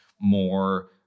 more